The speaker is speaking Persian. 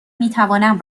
میتوانم